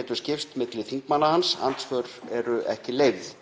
getur skipst milli þingmanna hans. Andsvör eru ekki leyfð.